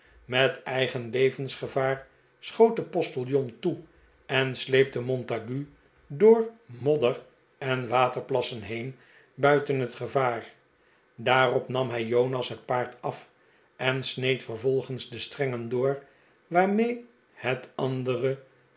met eigen levensgevaar schoot de postiljon toe en sleepte montague door modder en waterplassen heen buiten het gevaar daarop nam hij jonas het paard af en sneed vervolgens de strengen door waarmee het andere